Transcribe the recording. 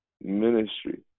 ministry